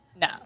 No